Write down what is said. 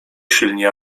silni